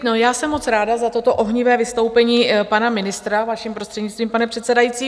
No já jsem moc ráda za toto ohnivé vystoupení pana ministra, vaším prostřednictvím, pane předsedající.